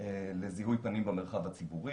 לזיהוי פנים במרחב הציבורי.